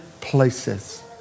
places